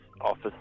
Office